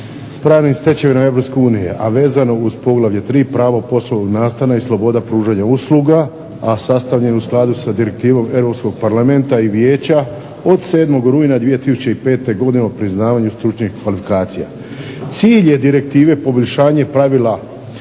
pravnim stečevinama Europske unije, a vezano uz poglavlje 3.-Pravo poslovnog nastana i sloboda pružanja usluga, a sastavljen je u skladu sa Direktivom Europskog Parlamenta i Vijeća od 7. rujna 2005. godine o priznavanju stručnih kvalifikacija. Cilj je direktive poboljšanje pravila